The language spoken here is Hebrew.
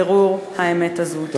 לבירור האמת הזאת.